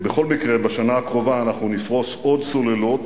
בכל מקרה, בשנה הקרובה אנחנו נפרוס עוד סוללות